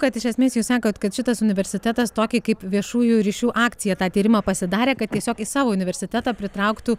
kad iš esmės jus sakot kad šitas universitetas tokį kaip viešųjų ryšių akciją tą tyrimą pasidarė kad tiesiog į savo universitetą pritrauktų